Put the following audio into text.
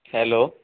hello